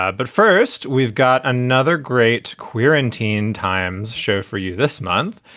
ah but first, we've got another great queer in teen times show for you this month.